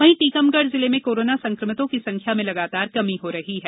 वहीं टीकमगढ जिले में कोरोना संक्रमितों की संख्या में लगातार कमी हो रही है